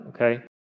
okay